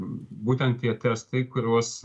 būtent tie testai kuriuos